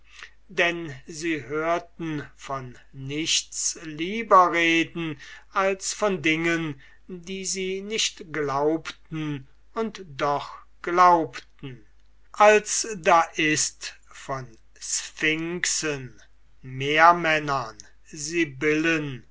denn sie hörten von nichts lieber reden als von dingen die sie nicht glaubten und doch glaubten als da ist von sphinxen meermännern sibyllen